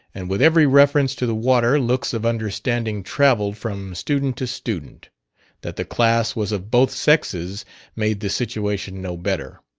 and with every reference to the water looks of understanding traveled from student to student that the class was of both sexes made the situation no better.